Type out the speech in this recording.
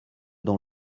dans